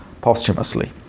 posthumously